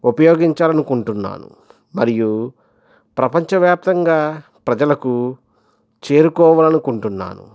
ఉపయోగించాలనుకుంటునాను మరియు ప్రపంచవ్యాప్తంగా ప్రజలకు చేరుకోవాలి అనుకుంటున్నాను